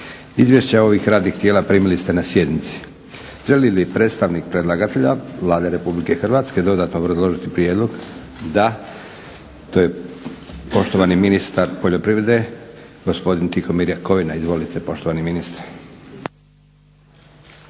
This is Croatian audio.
Izvješća ovih radnih tijela primili ste na sjednici. Želi li predstavnik predlagatelja Vlade RH dodatno obrazložiti prijedlog? Da. To je poštovani ministar poljoprivrede gospodin Tihomir Jakovina. Izvolite poštovani ministre.